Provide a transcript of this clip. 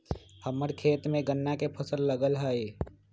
हम्मर खेत में गन्ना के फसल लगल हई